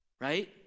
Right